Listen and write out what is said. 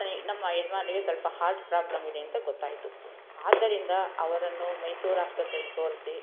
ನನಿಗೆ ನಮ್ಮ ಯಜಮಾನ್ರಿಗೆ ಸ್ವಲ್ಪ ಹಾರ್ಟ್ ಪ್ರಾಬ್ಲಮ್ ಇದೆ ಅಂತ ಗೊತ್ತಾಯಿತು ಆದ್ದರಿಂದ ಅವರನ್ನು ಮೈಸೂರು ಆಸ್ಪತ್ರೆಗೆ ತೋರಿಸಿ